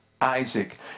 Isaac